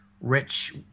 rich